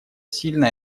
сильно